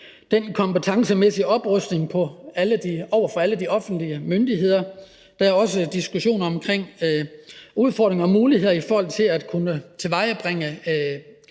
den kompetencemæssige oprustning over for alle de offentlige myndigheder. Der er også diskussioner af udfordringer og muligheder i forhold til at kunne tilvejebringe